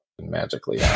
magically